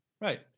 right